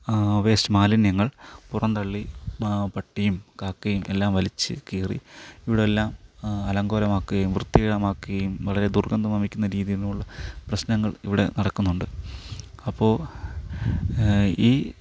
waste മാലിന്യങ്ങൾ പുറംതള്ളി പട്ടിയും കാക്കയും എല്ലാം വലിച്ച് കീറി ഇവിടെ എല്ലാം അലങ്കോലമാക്കുകയും വൃത്തികരമാക്കുകയും വളരെ ദുർഗന്ധം വമിക്കുന്ന രീതിയിലുള്ള പ്രശ്നങ്ങൾ ഇവിടെ നടക്കുന്നുണ്ട് അപ്പോൾ ഈ